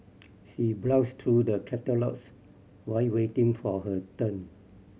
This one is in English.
she browsed through the catalogues while waiting for her turn